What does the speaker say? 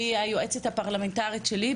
והיא היועצת הפרלמנטרית שלי,